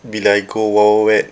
bila I go wild wild wet